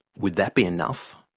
would that be enough?